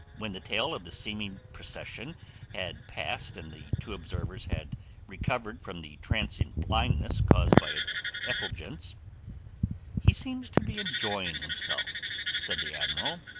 when the tail of the seeming procession had passed and the two observers had recovered from the transient blindness caused by its effulgence he seems to be enjoying himself, said the admiral.